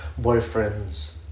Boyfriends